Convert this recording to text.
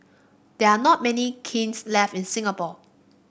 there are not many kilns left in Singapore